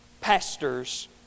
pastors